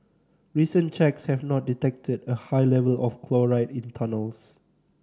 recent checks have not detected a high level of chloride in tunnels